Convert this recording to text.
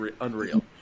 unreal